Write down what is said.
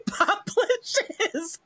publishes